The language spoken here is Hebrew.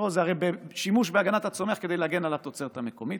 זה הרי שימוש בהגנת הצומח כדי להגן על התוצרת המקומית.